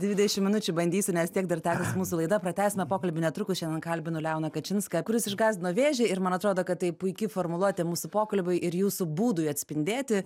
dvidešim minučių bandysiu nes tiek dar tęsis mūsų laida pratęsime pokalbį netrukus šiandien kalbinu leoną kačinską kuris išgąsdino vėžį ir man atrodo kad tai puiki formuluotė mūsų pokalbiui ir jūsų būdui atspindėti